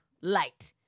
light